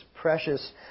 precious